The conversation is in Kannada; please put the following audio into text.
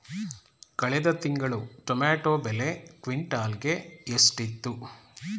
ಕಳೆದ ತಿಂಗಳು ಟೊಮ್ಯಾಟೋ ಬೆಲೆ ಕ್ವಿಂಟಾಲ್ ಗೆ ಎಷ್ಟಿತ್ತು?